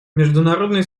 международный